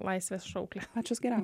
laisvės šauklės pačios geriausios